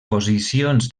posicions